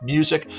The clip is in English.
Music